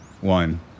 one